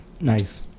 Nice